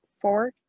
four